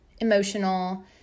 emotional